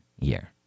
year